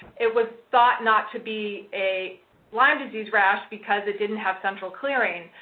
it was thought not to be a lyme disease rash, because it didn't have central clearing.